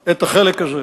את החלק הזה.